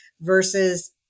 versus